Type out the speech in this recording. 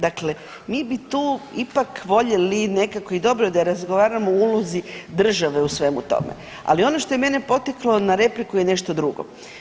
Dakle, mi bi tu ipak voljeli nekakvi, dobro da razgovaramo o ulozi države u svemu tome, ali ono što je mene potaklo na repliku je nešto drugo.